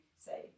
say